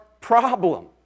problem